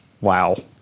Wow